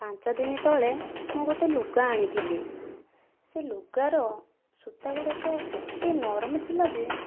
ପାଞ୍ଚଦିନ ତଳେ ମୁଁ ଗୋଟିଏ ଲୁଗା ଆଣିଥିଲି ସେ ଲୁଗାର ସୁତା ଗୁଡ଼ିକ ଏତେ ନରମ ଥିଲା ଯେ